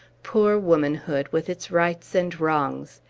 poor womanhood, with its rights and wrongs!